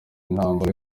intambara